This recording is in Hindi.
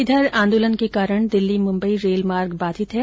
इधर आन्दोलन के कारण दिल्ली मुंबई रेलमार्ग बाधित है